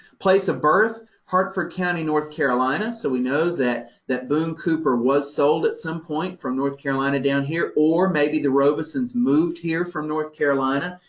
place of birth hartford county, north carolina, so we know that, that boone cooper was sold at some point from north carolina down here or maybe the robisons moved here from north carolina.